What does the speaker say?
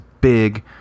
big